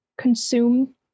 consume